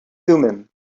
thummim